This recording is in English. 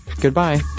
Goodbye